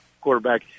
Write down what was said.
quarterback